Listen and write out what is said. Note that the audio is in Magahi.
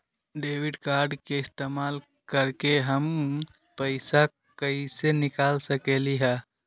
डेबिट कार्ड के इस्तेमाल करके हम पैईसा कईसे निकाल सकलि ह?